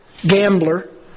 gambler